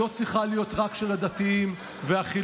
לא צריכה להיות רק של הדתיים והחילונים,